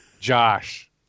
Josh